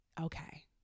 Okay